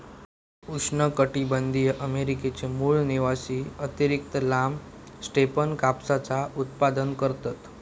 उष्णकटीबंधीय अमेरिकेचे मूळ निवासी अतिरिक्त लांब स्टेपन कापसाचा उत्पादन करतत